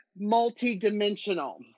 Multi-dimensional